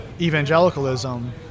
evangelicalism